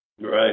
right